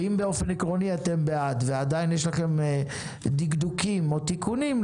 שאם באופן עקרוני אתם בעד ועדיין יש לכם דקדוקים או תיקונים,